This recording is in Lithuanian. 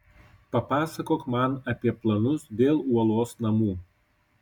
papasakok man apie planus dėl uolos namų